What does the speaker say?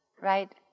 right